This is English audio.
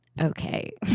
okay